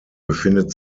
befindet